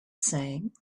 saying